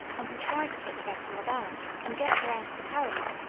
and we tried to put the vessel about, and get her out of the current,